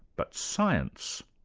but science.